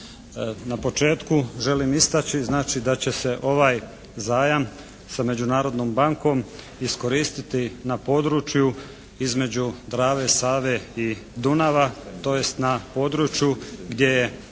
Na početku želim istaći znači da će se ovaj zajam sa Međunarodnom bankom iskoristiti na području između Drave, Save i Dunava, tj. na području gdje je